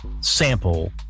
sample